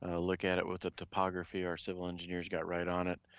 ah look at it with the topography, our civil engineers got right on it,